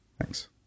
Thanks